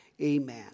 Amen